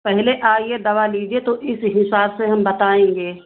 पहले आइए दवा लीजिए तो इस हिसाब से हम बताएंगे